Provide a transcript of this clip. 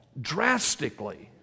drastically